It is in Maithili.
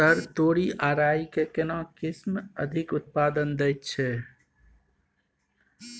सर तोरी आ राई के केना किस्म अधिक उत्पादन दैय छैय?